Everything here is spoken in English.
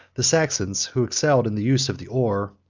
the saxons, who excelled in the use of the oar,